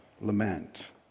lament